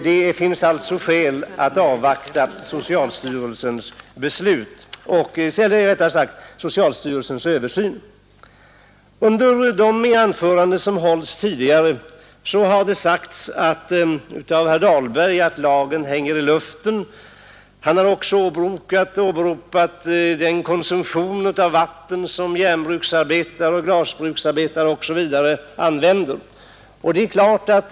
Det finns alltså skäl att avvakta socialstyrelsens översyn. Herr Dahlberg sade tidigare att lagen hänger i luften. Han åberopade också den konsumtion av vatten som järnbruksarbetare, glasbruksarbetare osv. har.